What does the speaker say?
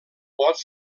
pot